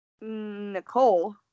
Nicole